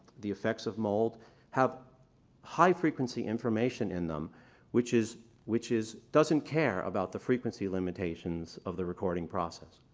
the effects of mold have high frequency information in them which is which is doesn't care about the frequency limitations of the recording process,